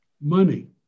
money